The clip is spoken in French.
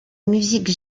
musique